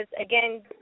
again